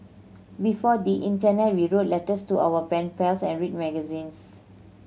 before the internet we wrote letters to our pen pals and read magazines